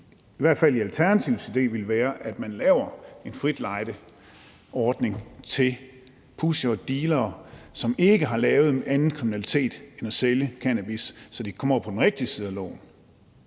i hvert fald Alternativets idé ville være, at man laver en frit lejde-ordning til pushere og dealere, som ikke har lavet andet kriminalitet end at sælge cannabis, så de kan komme over på den rigtige side af loven